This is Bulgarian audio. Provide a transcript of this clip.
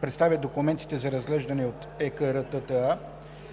представят документите за разглеждане от ЕКРТТА.